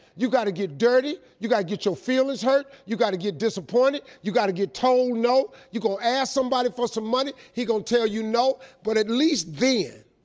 you gotta get dirty, you gotta get your feelings hurt, you gotta get disappointed, you gotta get told no, you gonna ask somebody for some money, he gonna tell you no, but at least then,